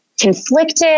conflicted